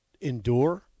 endure